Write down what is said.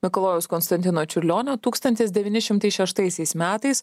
mikalojaus konstantino čiurlionio tūkstantis devyni šimtai šeštaisiais metais